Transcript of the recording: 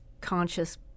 conscious